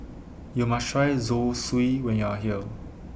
YOU must Try Zosui when YOU Are here